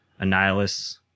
annihilus